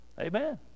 Amen